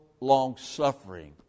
long-suffering